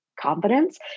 confidence